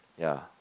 ya